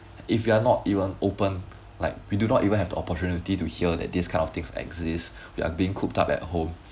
if you are not even open like we do not even have the opportunity to hear that this kind of things exist we are being cooped up at home